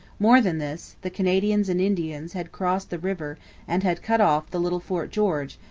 more than this, the canadians and indians had crossed the river and had cut off the little fort george,